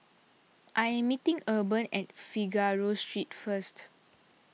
I am meeting Urban at Figaro Street first